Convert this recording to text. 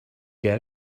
get